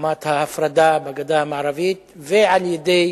חומת ההפרדה בגדה המערבית, ועל-ידי